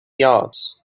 yards